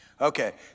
Okay